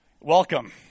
welcome